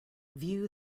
view